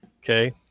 Okay